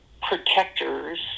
protectors